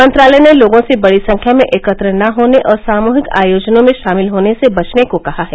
मंत्रालय ने लोगों से बड़ी संख्या में एकत्र न होने और सामूहिक आयोजनों में शामिल होने से बचने को कहा है